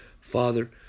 Father